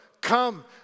Come